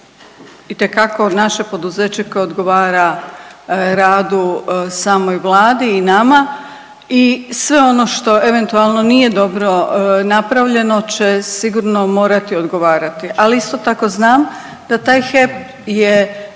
itekako naše poduzeće koje odgovara radu samoj Vladi i nama i nama i sve ono što eventualno nije dobro napravljeno će sigurno morati odgovarati, ali isto tako znam da taj HEP je